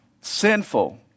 Sinful